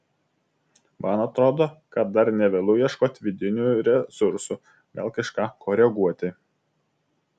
man atrodo kad dar ne vėlu ieškoti vidinių resursų gal kažką koreguoti